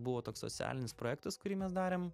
buvo toks socialinis projektas kurį mes darėm